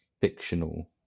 fictional